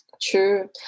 True